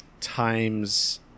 times